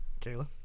kayla